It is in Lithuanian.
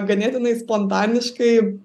ganėtinai spontaniškai